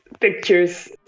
pictures